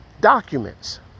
documents